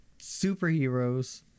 superheroes